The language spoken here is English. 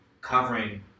covering